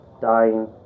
dying